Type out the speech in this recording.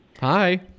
Hi